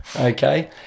Okay